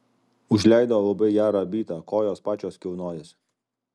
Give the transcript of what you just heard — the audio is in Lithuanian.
užleido labai gerą bytą kojos pačios kilnojasi